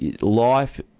Life